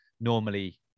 normally